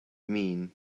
mean